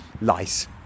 lice